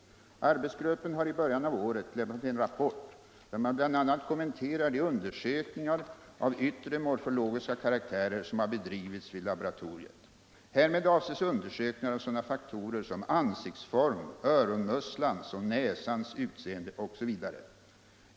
Arbetsgruppen har i början av året lämnat en rapport där man bl.a. kommenterar de undersökningar av yttre morfologiska karaktärer som har bedrivits vid taboratoriet. Härmed avses undersökningar av sådana faktorer som aunsiktstorm, öronmusslans och näsans utseende osv.